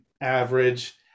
average